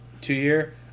two-year